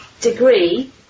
degree